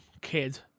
kid